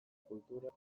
kulturak